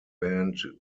band